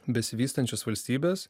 besivystančios valstybės